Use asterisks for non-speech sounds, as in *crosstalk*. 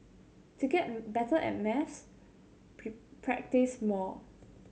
to get better at maths *unintelligible* practise more